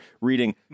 reading